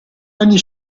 anni